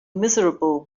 miserable